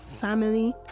family